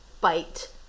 bite